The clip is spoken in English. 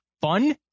fun